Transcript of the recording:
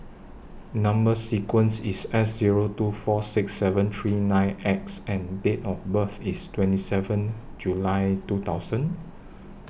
Number sequence IS S Zero two four six seven three nine X and Date of birth IS twenty seven July two thousand